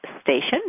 station